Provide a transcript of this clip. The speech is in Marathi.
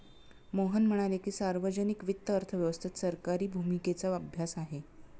मोहन म्हणाले की, सार्वजनिक वित्त अर्थव्यवस्थेत सरकारी भूमिकेचा अभ्यास आहे